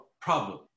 problem